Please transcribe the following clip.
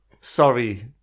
sorry